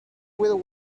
will